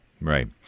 Right